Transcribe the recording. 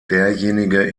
derjenige